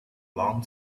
long